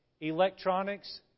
Electronics